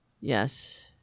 Yes